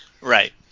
Right